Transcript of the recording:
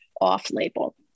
off-label